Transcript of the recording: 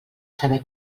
saber